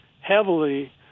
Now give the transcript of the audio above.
heavily